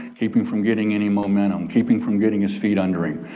keep him from getting any momentum, keep him from getting his feet under him,